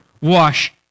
wash